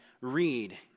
read